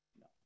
No